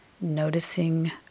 noticing